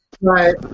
Right